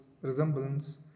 resemblance